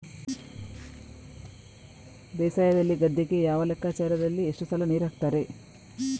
ಬೇಸಾಯದಲ್ಲಿ ಗದ್ದೆಗೆ ಯಾವ ಲೆಕ್ಕಾಚಾರದಲ್ಲಿ ಎಷ್ಟು ಸಲ ನೀರು ಹಾಕ್ತರೆ?